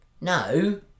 No